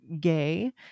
gay